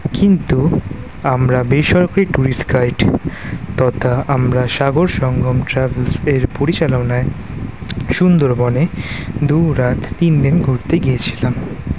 কিন্তু আমরা বেসরকারি টুরিস্ট গাইড তথা আমরা সাগর সঙ্গম ট্রাভেলস এর পরিচালনায় সুন্দরবনে দু রাত তিন দিন ঘুরতে গিয়েছিলাম